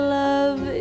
love